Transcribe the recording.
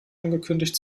angekündigt